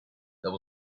there